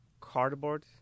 cardboard